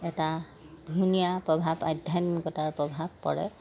এটা ধুনীয়া প্ৰভাৱ আধ্যাত্মিকতাৰ প্ৰভাৱ পৰে